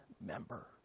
member